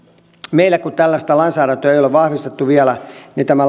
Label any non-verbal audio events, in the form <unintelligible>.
meillä kun tällaista lainsäädäntöä ei ole vahvistettu vielä niin tämä <unintelligible>